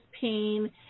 pain